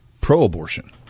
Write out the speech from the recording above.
pro-abortion